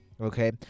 okay